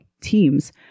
teams